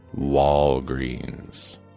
Walgreens